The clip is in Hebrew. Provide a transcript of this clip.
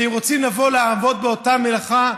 שאם הם רוצים לבוא לעבוד באותה מלאכה,